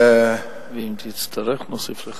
ואם תצטרך נוסיף לך.